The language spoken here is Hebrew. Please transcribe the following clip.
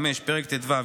פרק ט"ו,